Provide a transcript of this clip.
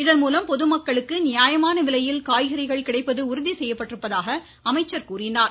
இதன்மூலம் பொதுமக்களுக்கு நியாயமான விலையில் காய்கறிகள் கிடைப்பது உறுதி செய்யப்பட்டிருப்பதாக தெரிவித்தார்